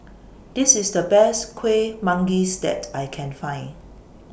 This IS The Best Kuih Manggis that I Can Find